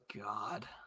god